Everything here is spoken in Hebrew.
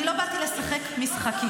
אני לא באתי לשחק משחקים.